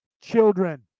children